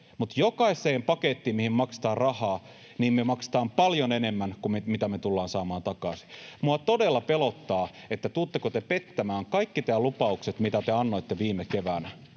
Jokaiseen pakettiin, mihin maksetaan rahaa, me maksetaan paljon enemmän kuin me tullaan saamaan takaisin. Minua todella pelottaa, tuletteko te pettämään kaikki teidän lupaukset, mitä te annoitte viime keväänä.